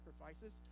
sacrifices